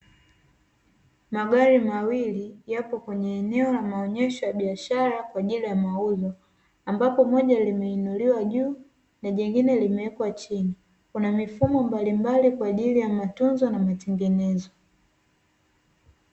Magari mawili yapo kwenye eneo la maonyesho ya biashara kwa ajili ya mauzo, ambapo moja limeinuliwa juu na jingine limewekwa chini. Kuna mifumo mbalimbali kwa ajili ya matunzo na matengenezo.